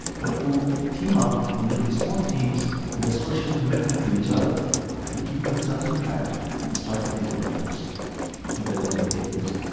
but who team up into these small teams with a social commitment to each other to keep themselves on track and start to make a difference to their own behaviours.